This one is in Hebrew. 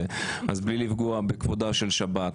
בלי לפגוע בכבודה של השבת.